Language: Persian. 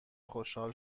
خوشحال